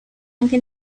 anche